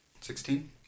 Sixteen